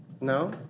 No